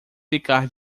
ficar